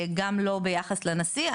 גם לא ביחס לנשיא,